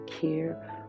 care